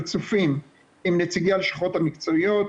רצופים עם נציגי הלשכות המקצועיות,